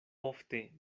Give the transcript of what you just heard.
ofte